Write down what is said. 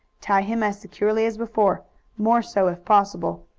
tie him as securely as before more so, if possible.